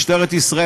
משטרת ישראל,